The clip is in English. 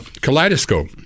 kaleidoscope